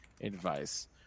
advice